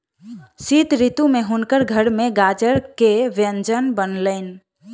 शीत ऋतू में हुनकर घर में गाजर के व्यंजन बनलैन